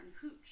Hooch